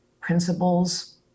Principles